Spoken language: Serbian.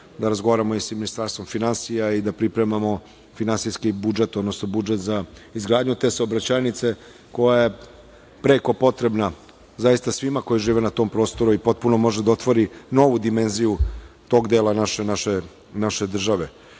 da razgovaramo i sa Ministarstvom finansija i da pripremamo finansijski budžet, odnosno budžet za izgradnju te saobraćajnice koja je preko potrebna zaista svima koji žive na tom prostoru i potpuno može da otvori novu dimenziju tog dela naše